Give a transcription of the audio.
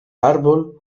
árbol